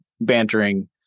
bantering